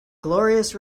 glorious